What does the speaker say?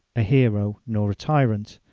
a hero, nor a tyrant.